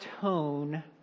tone